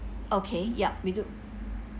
okay yup we do